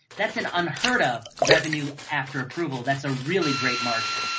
that's an unheard of revenue after approval, that's a really great margin.